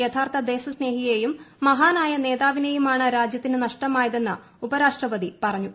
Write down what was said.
യഥാർത്ഥ ദേശസ്നേഹിയെയും മഹാനായ നേതാവിനെയുമാണ് രാജ്യത്തിന് നഷ്ടമായതെന്ന് ഉപരാഷ്ട്രപതി പറഞ്ഞു